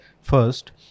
First